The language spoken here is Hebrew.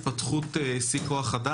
ככה.